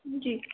جی